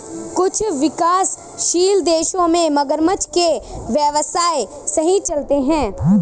कुछ विकासशील देशों में मगरमच्छ के व्यवसाय सही चलते हैं